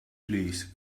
please